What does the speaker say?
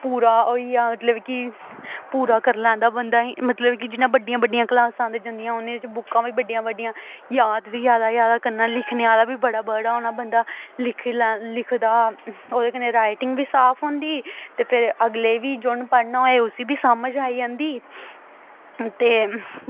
पूरा होई जा मतलब कि पूरा करी लैंदा बंदा मतलब कि जिन्ना बड्डियां बड्डियां क्लासां औंदियां जंदियां उं'दे च बुक्कां बी बड्डियां बड्डियां याद बी जैदा जैदा करना ते लिखने आह्ला बी बड़ा बड़ा होना बंदा लिखी लै लिखदा ओह्दे कन्नै राइटिंग बी साफ होंदी ते फिर अगले गी बी जि'न्नै पढ़ना होऐ ते उस्सी बी समझ आई जंदी ते